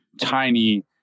tiny